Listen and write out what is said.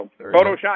Photoshop